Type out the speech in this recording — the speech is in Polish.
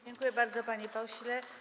Dziękuję bardzo, panie pośle.